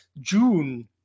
June